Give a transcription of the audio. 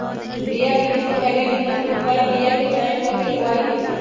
बिया किने से पहिले निम्मन गुण बला बीयाके चयन क के बोआइ होइ छइ